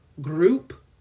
Group